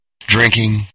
Drinking